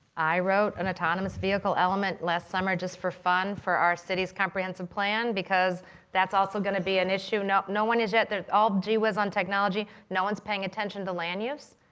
i wrote an autonomous vehicle element last summer just for fun for our city's comprehensive plan, because that's also going to be an issue. no no one is yet they're all gee whiz on technology. no one's paying attention to land use,